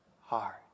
Hard